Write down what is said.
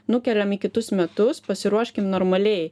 nukeliam į kitus metus pasiruoškim normaliai